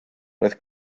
roedd